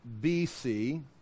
BC